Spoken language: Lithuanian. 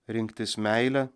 rinktis meilę